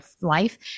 life